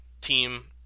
team